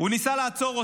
הוא ניסה לעצור אותם.